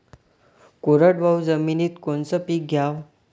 कोरडवाहू जमिनीत कोनचं पीक घ्याव?